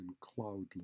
cloudless